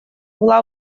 была